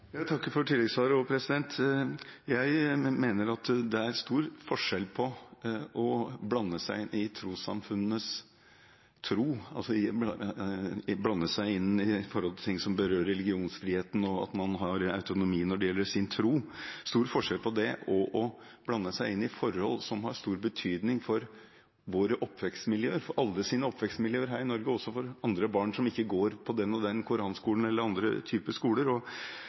Jeg takker for tilleggssvaret. Jeg mener det er stor forskjell på å blande seg inn i ting som berører religionsfriheten og det at man har autonomi når det gjelder ens tro, og det å blande seg inn i forhold som har stor betydning for våre oppvekstmiljøer – for alles oppvekstmiljøer her i Norge, også for barn som ikke går på den og den koranskolen eller andre typer skoler: